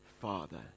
Father